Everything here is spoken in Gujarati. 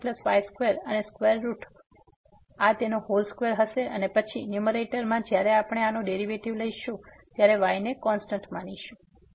તેથી અહીં x2y2 અને સ્ક્વેર રૂટ તેથી આ તેનો હોલ સ્ક્વેર હશે અને પછી ન્યુમેરેટરમાં જ્યારે આપણે આનો ડેરિવેટિવ લઈશું y ને કોન્સ્ટન્ટ માનીને